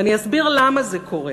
ואני אסביר למה זה קורה.